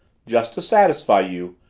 just to satisfy you,